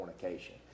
fornication